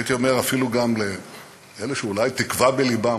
הייתי אומר אפילו גם לאלה שאולי תקווה בלבם: